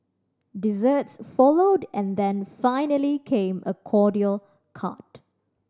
desserts followed and then finally came a cordial cart